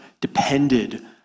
depended